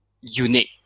unique